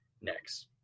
next